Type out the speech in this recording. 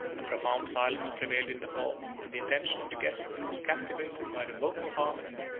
a profound silence prevailed in the hall and the attention of the guests was captivated by the vocal harmony,